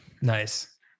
Nice